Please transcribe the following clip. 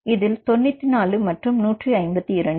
இதில் 94 மற்றும் 152